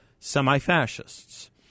semi-fascists